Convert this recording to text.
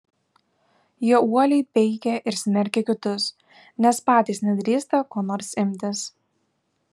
jie uoliai peikia ir smerkia kitus nes patys nedrįsta ko nors imtis